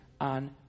on